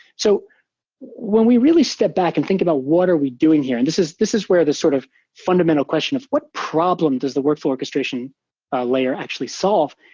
so when we really step back and think about what are we doing here, and this is this is where the sort of fundamental question of what problem does the workflow orchestration layer actually solve.